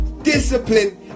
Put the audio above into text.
Discipline